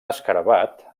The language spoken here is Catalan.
escarabat